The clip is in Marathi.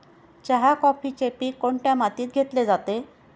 चहा, कॉफीचे पीक कोणत्या मातीत घेतले जाते?